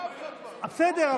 בסדר,